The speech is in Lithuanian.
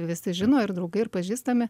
visi žino ir draugai ir pažįstami